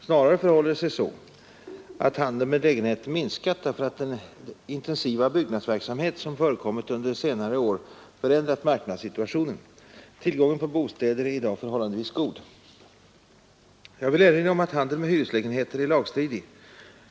Snarare förhåller det sig så att handeln med hyreslägenheter minskat därför att den intensiva byggnadsverksamhet som förekommit under senare år förändrat marknadssituationen. Tillgången på bostäder är i dag förhållandevis god. Jag vill erinra om att handel med hyreslägenheter är lagstridig.